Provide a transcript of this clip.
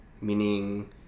meaning